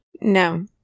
No